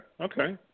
okay